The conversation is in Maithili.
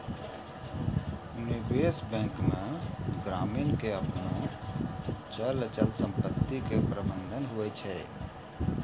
निबेश बेंक मे ग्रामीण के आपनो चल अचल समपत्ती के प्रबंधन हुवै छै